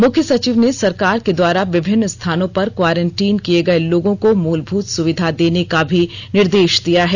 मुख्य सचिव ने सरकार के द्वारा विभिन्न स्थानों पर क्वारांटीन किए गए लोगों को मूलभूत सुविधा देने का भी निर्देश दिया है